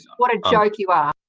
what a joke you are.